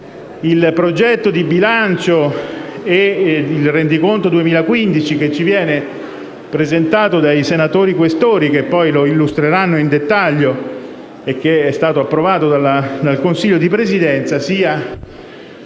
il progetto di bilancio 2016 e il rendiconto 2015 che ci viene presentato dai senatori Questori, che poi lo illustreranno in dettaglio, e che è stato approvato dal Consiglio di Presidenza,